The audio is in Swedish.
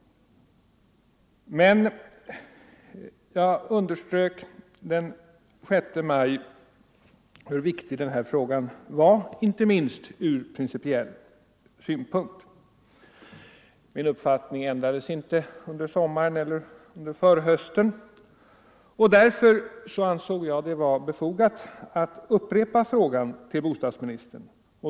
Men, jag underströk den 6 maj hur viktig den här frågan var, inte minst ur principiell synpunkt. Min uppfattning ändrades inte under sommaren och förhösten och därför ansåg jag det vara befogat att upprepa frågan till bostadsministern.